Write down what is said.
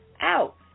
out